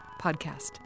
podcast